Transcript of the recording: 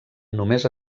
només